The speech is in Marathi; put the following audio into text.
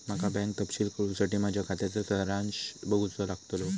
माका बँक तपशील कळूसाठी माझ्या खात्याचा सारांश बघूचो लागतलो